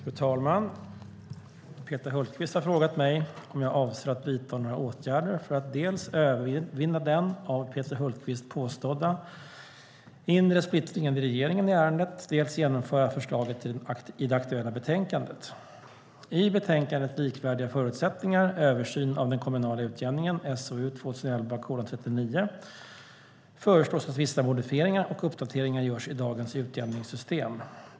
Fru talman! Peter Hultqvist har frågat mig om jag avser att vidta några åtgärder för att dels övervinna den, av Peter Hultqvist påstådda, inre splittringen i regeringen i ärendet, dels genomföra förslaget i det aktuella betänkandet. I betänkandet Likvärdiga förutsättningar - Översyn av den kommunala utjämningen föreslås att vissa modifieringar och uppdateringar görs i dagens utjämningssystem.